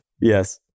Yes